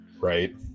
right